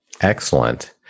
Excellent